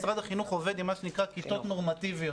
משרד החינוך עובד עם מה שנקרא כיתות נורמטיביות.